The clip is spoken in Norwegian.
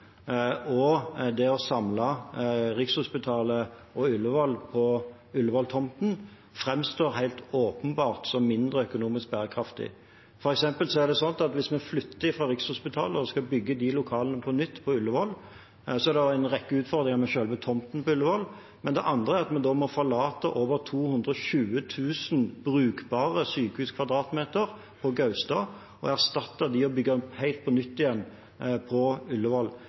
og det å samle Rikshospitalet og Ullevål på Ullevål-tomten, framstår helt åpenbart som mindre økonomisk bærekraftig. For eksempel er det sånn at hvis man flytter fra Rikshospitalet og skal bygge de lokalene på nytt på Ullevål, er det også en rekke utfordringer med selve tomten på Ullevål. Men det andre er at man da må forlate over 220 000 brukbare sykehuskvadratmeter på Gaustad og erstatte dem og bygge dem helt på nytt igjen på